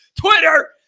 Twitter